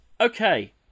Okay